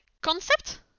concept